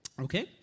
Okay